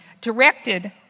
directed